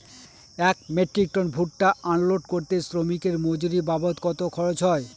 এক metric ton ভুট্টা unload করতে শ্রমিকের মজুরি বাবদ কত খরচ হয়?